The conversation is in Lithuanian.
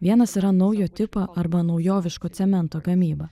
vienas yra naujo tipo arba naujoviško cemento gamyba